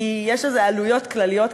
כי יש איזה עלויות כלליות כאלה.